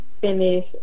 Finish